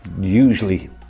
usually